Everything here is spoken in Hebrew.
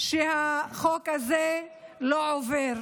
החוק הזה לא עובר.